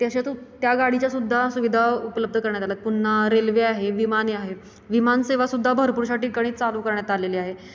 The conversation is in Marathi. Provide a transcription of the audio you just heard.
त्याच्यातून त्या गाडीच्यासुद्धा सुविधा उपलब्ध करण्यात आल्यात पुन्हा रेल्वे आहे विमाने आहे विमानसेवासुद्धा भरपूरशा ठिकाणी चालू करण्यात आलेली आहे